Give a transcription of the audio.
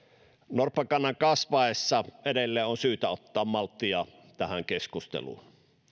norppakannan kasvaessa edelleen on syytä ottaa malttia tähän keskusteluun